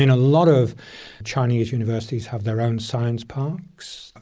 a lot of chinese universities have their own science parks,